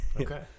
Okay